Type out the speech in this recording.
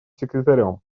секретарем